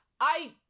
I-